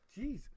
jeez